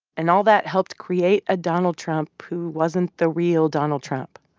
and all that helped create a donald trump who wasn't the real donald trump.